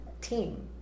team